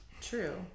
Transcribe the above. true